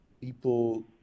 people